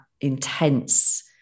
intense